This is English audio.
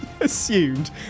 assumed